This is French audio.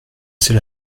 c’est